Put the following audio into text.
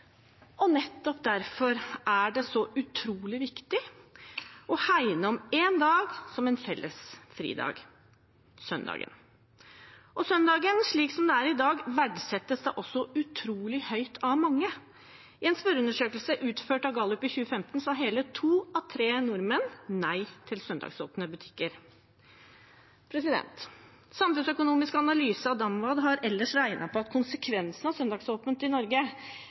Nettopp derfor er det så utrolig viktig å hegne om én dag som en felles fridag – søndagen. Søndagen, slik den er i dag, verdsettes da også utrolig høyt av mange. I en spørreundersøkelse utført av Norsk Gallup i 2015 sa hele to av tre nordmenn nei til søndagsåpne butikker. Samfunnsøkonomisk analyse DAMVAD har ellers regnet på konsekvensene av søndagsåpent i Norge.